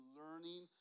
learning